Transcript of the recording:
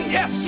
Yes